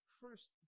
first